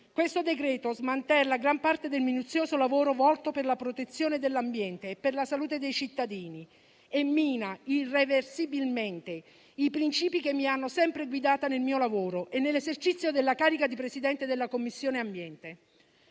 Questo provvedimento smantella gran parte del minuzioso lavoro svolto per la protezione dell'ambiente e per la salute dei cittadini e mina irreversibilmente i principi che mi hanno sempre guidata nel mio lavoro e nell'esercizio della carica di Presidente della Commissione ambiente.